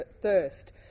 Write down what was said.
thirst